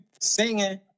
singing